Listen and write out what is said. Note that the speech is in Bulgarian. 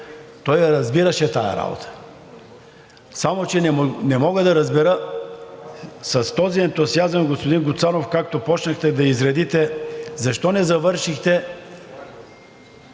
той я разбираше тази работа. Само не мога да разбера с този ентусиазъм, господин Гуцанов, както започнахте да изреждате, защо не завършихте